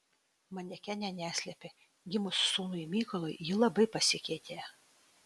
manekenė neslepia gimus sūnui mykolui ji labai pasikeitė